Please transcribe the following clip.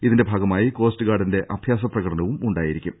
ഇതിന്റെ ഭാഗമായി കോസ്റ്റ് ഗാർഡിന്റെ അഭ്യാസ പ്രകടനവും നടക്കും